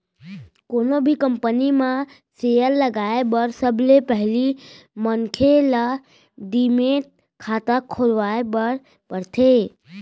कोनो भी कंपनी म सेयर लगाए बर सबले पहिली मनखे ल डीमैट खाता खोलवाए बर परथे